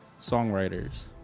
songwriters